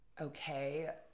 okay